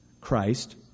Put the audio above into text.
Christ